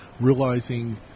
realizing